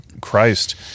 christ